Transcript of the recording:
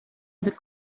other